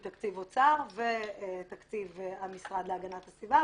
מתקציב אוצר ותקציב המשרד להגנת הסביבה.